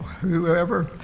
whoever